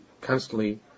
constantly